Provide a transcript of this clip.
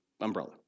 umbrella